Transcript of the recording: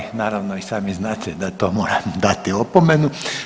Ovaj naravno i sami znate da to moram dati opomenu.